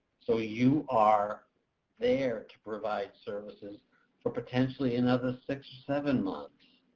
so you are there to provide services for potentially another six or seven months